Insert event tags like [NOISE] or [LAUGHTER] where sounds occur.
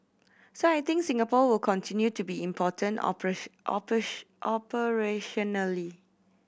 so I think Singapore will continue to be important [UNINTELLIGIBLE] operationally